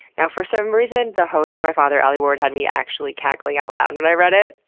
now for some reason, the host, my father, alie ward had me actually cackling out loud when i read it.